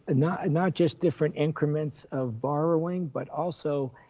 and not and not just different increments of borrowing, but also